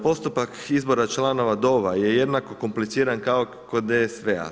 Postupak izbora članova DOV-a je jednako kompliciran kao kod DSV-a.